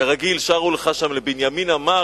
כרגיל שרו לך שם "לבנימין אמר,